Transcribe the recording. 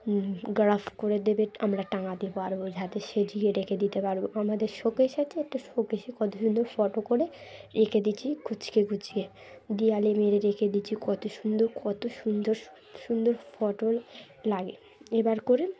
graph করে দেবে আমরা টাঙাতে পারবো যাতে সেজিয়ে রেখে দিতে পারবো আমাদের শোকেস আছে একটা শোকেশে কত সুন্দর ফটো করে রেখে দিছি কুচকে কুচকে দেওয়ালে মেরে রেখে দিচ্ছি কত সুন্দর কত সুন্দর সুন্দর ফটোর লাগে এবার করে